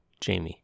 Jamie